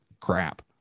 crap